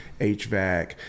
HVAC